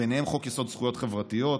וביניהן חוק-יסוד: זכויות חברתיות,